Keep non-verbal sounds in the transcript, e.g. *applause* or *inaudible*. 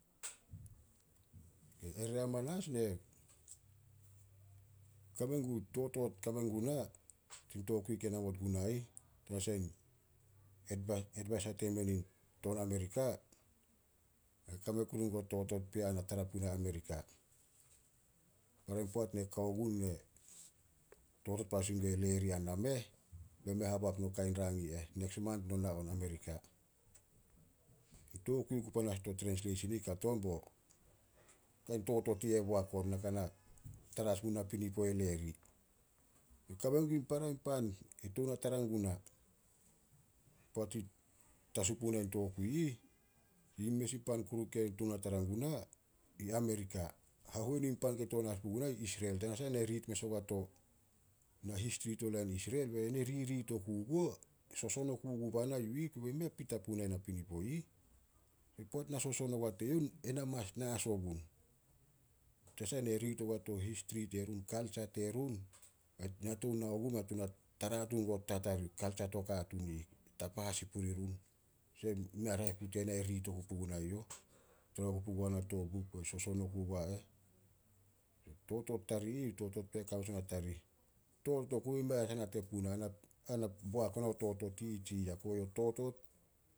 *noisse* Ere amanas ne kame gun, totot kame guna, tin tokui ke namot guna ih, tanasah *unintelligible* edvisa temen in ton Amerika, na kame kuru gun totot pea na tara puna Amerika. Para in poat na kao gun, na totot panas sin e Lary a nameh, be me haboak no kain rang i eh, "Neks month no na on Amerika." Tokui oku panas to trensleisin *unintelligible* kato on bo kain totot i eh boak on. Na ka na tara as mu napinipo e Lary. Kame gun para in pan ke tou na tara guna. Poat *hesitation* tasu puna i tokui ih, *unintelligible* mes in pan kuru ke tou na tara guna, i Amerika. Hahuenu in pan ke tou na as puguna, i Isrel. Tanasah ne riit mes ogua to *unintelligible* histri to lain Isrel. Be na ririit oku guo, soson oku gubana yu ih, Kobe mei pita puna napinipo i ih. *unintelligible* Poat na soson ogua teyouh, ena mas na as ogun. Tanasah ne riit ogua to histri terun, kaltsa terun *noise* *hesitation* na tou nao gun be *hesitation* tou na tara tuun guo ta tarih kaltsa to katuun i ih, tapa sin puri run. *unintelligible* Mei raeh puh tena e riit oku puguna e youh. Tara oku pugua na to buk *unintelligible* soson oku gua eh. Totot tari ih, totot pea *unintelligible* tarih, totot oku, mei a sah nate puna *hesitation* boak ona totot i ih, tsi yah? Kobo yo totot